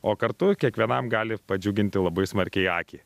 o kartu kiekvienam gali padžiuginti labai smarkiai akį